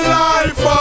life